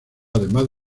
además